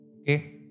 Okay